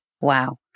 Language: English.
Wow